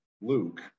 Luke